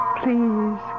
please